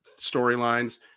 storylines